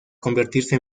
convertirse